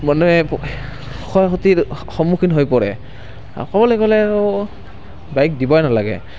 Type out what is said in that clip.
মানুহে ক্ষয় ক্ষতিৰ সন্মুখীন হৈ পৰে ক'বলৈ গ'লে আৰু বাইক দিবই নালাগে